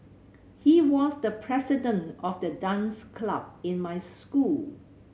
he was the president of the dance club in my school